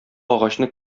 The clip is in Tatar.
агачны